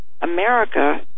America